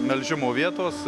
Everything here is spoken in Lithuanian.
melžimo vietos